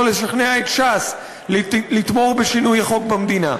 לשכנע את ש"ס לתמוך בשינוי החוק במדינה.